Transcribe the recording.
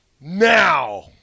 Now